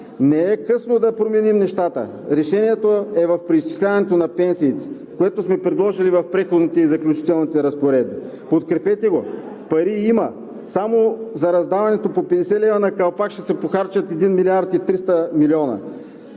Не е късно да променим нещата – решението е в преизчисляването на пенсиите, което сме предложили в Преходните и заключителните разпоредби. Подкрепете го, пари има! Само за раздаването по 50 лв. на калпак ще се похарчат 1 милиард 300 милиона.